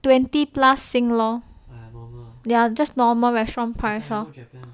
twenty plus sing lor ya just normal restaurant price lor